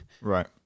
right